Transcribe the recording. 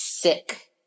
sick